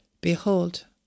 Behold